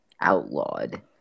outlawed